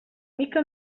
mica